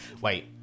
Wait